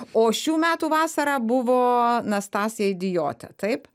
o šių metų vasarą buvo na stasė idiotė taip